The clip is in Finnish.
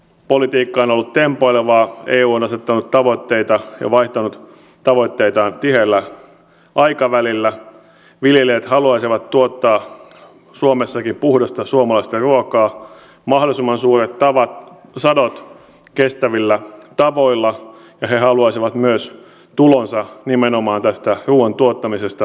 politiikan ollut tempoilevaa eu on asettanut tavoitteita ja vaihtanut tavoitteitaan tiheällä aikavälillä viljelijät haluaisivat tuottaa suomessakin puhdasta suomalaista ruokaa mahdollisimman suurettava sadot kestävillä tavoilla ja he haluaisivat myös tulonsa nimenomaan tästä ruuan tuottamisesta